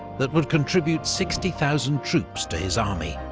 that would contribute sixty thousand troops to his army.